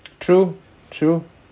true true